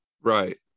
Right